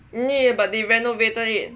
yeah yeah but they renovated it